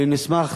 ונשמח